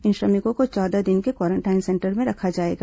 इन श्रमिकों को चौदह दिन के क्वारेंटाइन में रखा जाएगा